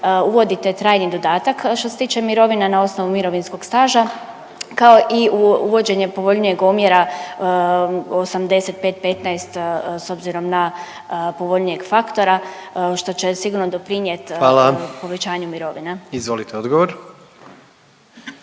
uvodite trajni dodatak što se tiče mirovina na osnovu mirovinskog staža kao i uvođenje povoljnijeg omjera 85:15 s obzirom na povoljnijeg faktora što će sigurno doprinijeti povećanju mirovina. **Jandroković, Gordan